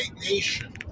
nation